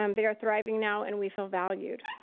um they are thriving now, and we feel valued.